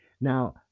Now